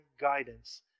guidance